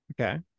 Okay